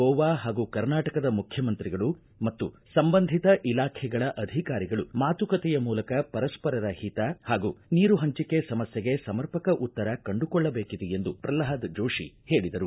ಗೋವಾ ಹಾಗೂ ಕರ್ನಾಟಕದ ಮುಖ್ಯಮಂತ್ರಿಗಳು ಮತ್ತು ಸಂಬಂಧಿತ ಇಲಾಖೆಗಳ ಅಧಿಕಾರಿಗಳು ಮಾತುಕತೆಯ ಮೂಲಕ ಪರಸ್ಪರರ ಹಿತ ಹಾಗೂ ನೀರು ಹಂಚಿಕೆ ಸಮಸ್ಯೆಗೆ ಸಮರ್ಪಕ ಉತ್ತರ ಕಂಡುಕೊಳ್ಳಬೇಕಿದೆ ಎಂದು ಪ್ರಲ್ಪಾದ ಜೋಶಿ ಹೇಳಿದರು